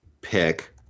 pick